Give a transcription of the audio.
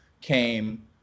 came